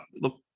look